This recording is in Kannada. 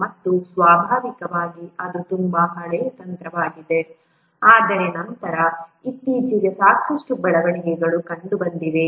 ಮತ್ತು ಸ್ವಾಭಾವಿಕವಾಗಿ ಇದು ತುಂಬಾ ಹಳೆಯ ತಂತ್ರವಾಗಿದೆ ಆದರೆ ನಂತರ ಇತ್ತೀಚೆಗೆ ಸಾಕಷ್ಟು ಬೆಳವಣಿಗೆಗಳು ಕಂಡುಬಂದಿವೆ